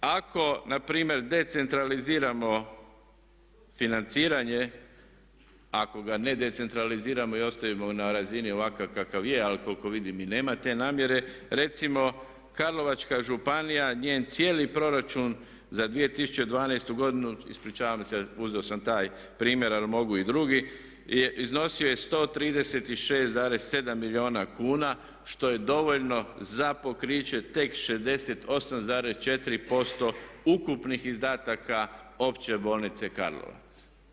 Ako na primjer decentraliziramo financiranje, ako ga ne decentraliziramo i ostavimo na razini ovakav kakav je, ali koliko vidim i nema te namjere recimo Karlovačka županija, njen cijeli Proračun za 2012. godinu, ispričavam se uzeo sam taj primjer ali mogu i drugi, je iznosio 136,7 milijuna kuna što je dovoljno za pokriće tek 68,4% ukupnih izdataka Opće bolnice Karlovac.